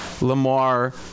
Lamar